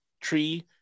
tree